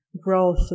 growth